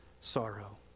sorrow